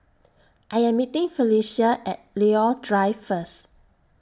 I Am meeting Felecia At Leo Drive First